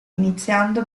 iniziando